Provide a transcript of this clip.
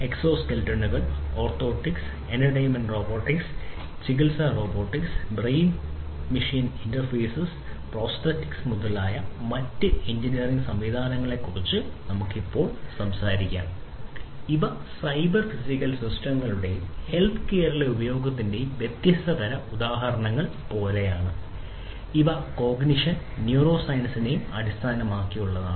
exoskeletons orthotics entertainment robotics ചികിത്സാ robotics brain machine ഇന്റർഫേസുകൾ prosthetics അടിസ്ഥാനമാക്കിയുള്ളതാണ്